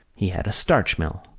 he had a starch mill.